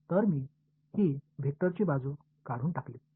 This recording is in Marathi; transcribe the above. तर मी ही वेक्टरची बाजू काढून टाकली